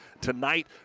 tonight